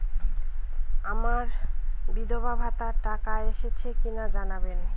আমার বিধবাভাতার টাকা এসেছে কিনা জানাবেন?